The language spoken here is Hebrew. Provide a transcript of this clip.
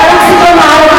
לא ראית את החיילים?